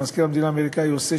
מזכיר המדינה האמריקני עושה,